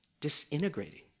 disintegrating